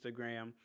Instagram